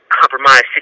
compromised